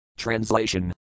Translation